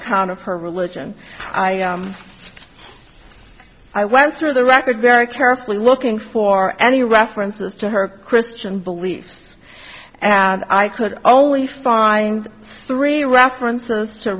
account of her religion i i went through the record very carefully looking for any references to her christian beliefs and i could only find three references to